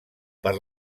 per